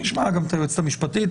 נשמע גם את היועצת המשפטית.